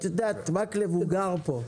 את יודעת, מקלב גר פה,